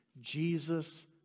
Jesus